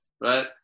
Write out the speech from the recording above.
right